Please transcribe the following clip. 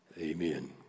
Amen